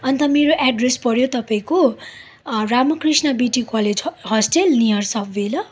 अन्त मेरो एड्रेस पऱ्यो तपाईँको Ramakrishna BT college hostel near subway ल